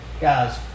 guys